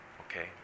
Okay